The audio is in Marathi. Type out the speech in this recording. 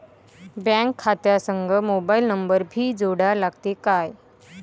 बँक खात्या संग मोबाईल नंबर भी जोडा लागते काय?